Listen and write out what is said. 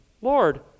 Lord